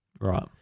Right